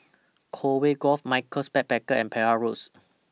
Conway Grove Michaels Backpackers and Penhas Road